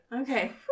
Okay